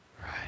Right